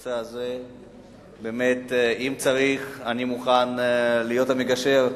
בנושא הזה, באמת, אם צריך אני מוכן להיות המגשר,